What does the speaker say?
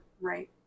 Right